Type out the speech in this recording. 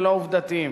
ולא עובדתיים,